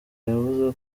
yavuze